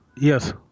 Yes